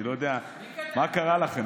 אני לא יודע מה קרה לכם,